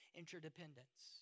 interdependence